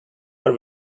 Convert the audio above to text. are